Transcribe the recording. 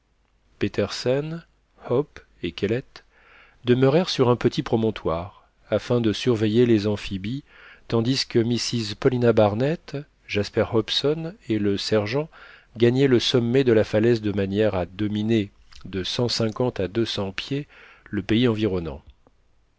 petersen hope et kellet demeurèrent sur un petit promontoire afin de surveiller les amphibies tandis que mrs paulina barnett jasper hobson et le sergent gagnaient le sommet de la falaise de manière à dominer de cent cinquante à deux cents pieds le pays environnant